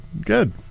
good